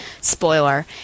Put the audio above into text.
spoiler